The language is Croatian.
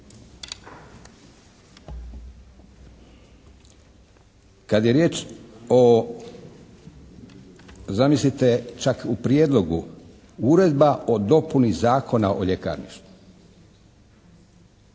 Kad je riječ o zamislite čak o prijedlogu uredba o dopuni Zakona o ljekarništvu